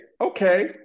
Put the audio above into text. okay